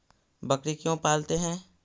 बकरी क्यों पालते है?